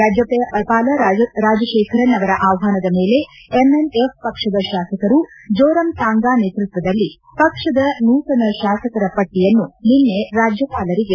ರಾಜ್ಯಪಾಲ ರಾಜಶೇಖರನ್ ಅವರ ಆಹ್ವಾನದ ಮೇಲೆ ಎಂಎನ್ಎಫ್ ಪಕ್ಷದ ಶಾಸಕರು ಜೋರಂ ತಾಂಗಾ ನೇತೃತ್ವದಲ್ಲಿ ಪಕ್ಷದ ನೂತನ ಶಾಸಕರ ಪಟ್ಟಯನ್ನು ನಿನ್ನೆ ರಾಜ್ಯಪಾಲರಿಗೆ ಸಲ್ಲಿಸಿದ್ದಾರೆ